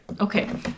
Okay